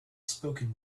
spoken